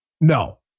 No